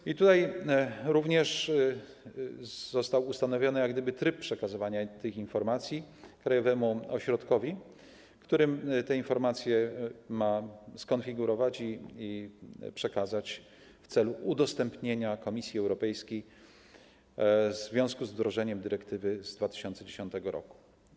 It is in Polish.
I tutaj również został ustanowiony tryb przekazywania tych informacji krajowemu ośrodkowi, który te informacje ma skonfigurować i przekazać w celu udostępnienia Komisji Europejskiej w związku z wdrożeniem dyrektywy z 2010 r.